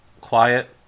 quiet